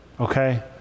okay